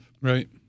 Right